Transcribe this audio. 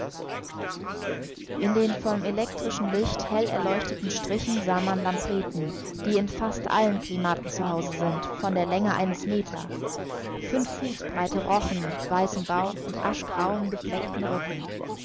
in den vom elektrischen licht hell erleuchteten strichen sah man lampreten die in fast allen klimaten zu hause sind von der länge eines meter fünf fuß breite rochen mit weißem bauch und aschgrauem gefleckten rücken